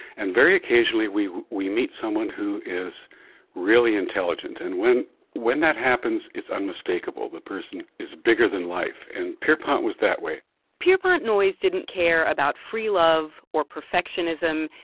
and very occasionally, we we meet someone who is really intelligent. and when when that happens, it's unmistakable. the person is bigger than life. and pierrepont was that way pierrepont noyes didn't care about free love or perfectionism.